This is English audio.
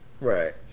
Right